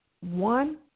one